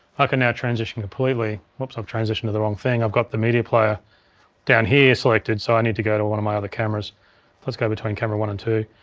ah can now transition completely, whoops, i've transitioned to the wrong thing. i've got the media player down here selected so i need to go to one of my other cameras, so let's go between camera one and two.